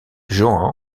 joan